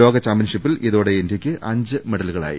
ലോക ചാമ്പ്യൻഷിപ്പിൽ ഇതോടെ ഇന്ത്യയ്ക്ക് അഞ്ച് മെഡലുകളായി